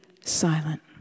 silent